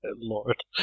Lord